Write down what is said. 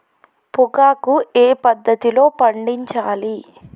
పొగాకు ఏ పద్ధతిలో పండించాలి?